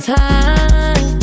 time